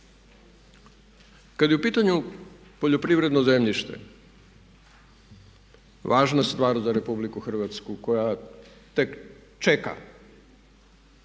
kada je u pitanju poljoprivredno zemljište, važna stvar za RH koja tek čeka